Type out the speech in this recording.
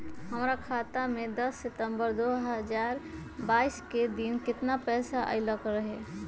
हमरा खाता में दस सितंबर दो हजार बाईस के दिन केतना पैसा अयलक रहे?